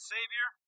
Savior